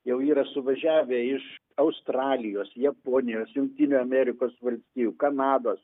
jau yra suvažiavę iš australijos japonijos jungtinių amerikos valstijų kanados